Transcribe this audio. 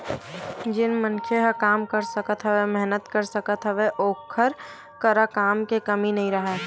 जेन मनखे ह काम कर सकत हवय, मेहनत कर सकत हवय ओखर करा काम के कमी नइ राहय